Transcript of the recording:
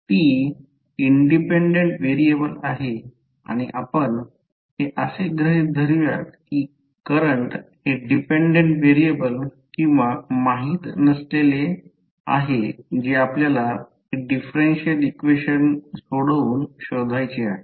t independent variable आहे आणि आपण हे असे गृहीत धरुयात कि करंट हे डिपेंडंट व्हेरिएबल किंवा माहित नसलेले आहे जे आपल्याला हे डिफरेन्शियल इक्वेशन सोडवून शोधायचे आहे